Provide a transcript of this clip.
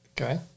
Okay